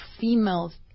females